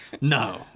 No